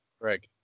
Greg